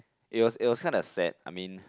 it was it was kinda sad I mean